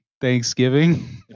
Thanksgiving